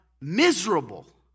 miserable